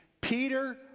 Peter